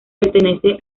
pertenece